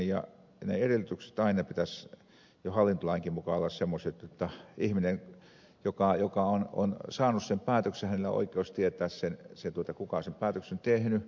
ja ne edellytykset aina pitäsi jo hallintolainkin mukaan olla semmoiset jotta ihmisellä joka on saanut sen päätöksen on oikeus tietää kuka sen päätöksen on tehnyt